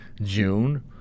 June